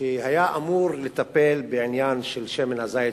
שהיה אמור לטפל בעניין שמן הזית,